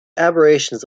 aberrations